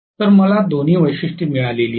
तर मला दोन्ही वैशिष्ट्ये मिळाली आहेत